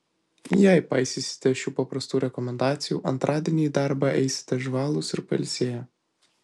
jei paisysite šių paprastų rekomendacijų antradienį į darbą eisite žvalūs ir pailsėję